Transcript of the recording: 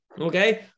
Okay